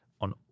on